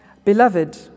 Beloved